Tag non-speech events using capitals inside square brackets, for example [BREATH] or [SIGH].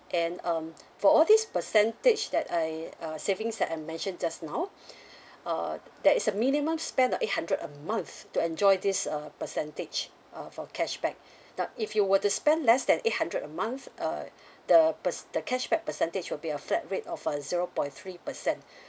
and um for all this percentage that I uh savings that I've mentioned just now [BREATH] uh there is a minimum spend a eight hundred a month to enjoy this uh percentage uh for cashback [BREATH] nah if you were to spend less than eight hundred a month uh [BREATH] the per~ the cashback percentage will be a flat rate of a zero point three percent